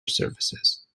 services